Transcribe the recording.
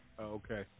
Okay